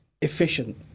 efficient